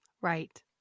Right